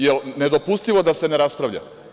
Jel nedopustivo da se ne raspravlja?